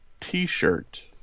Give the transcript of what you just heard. t-shirt